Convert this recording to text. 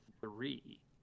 three